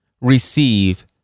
receive